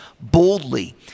boldly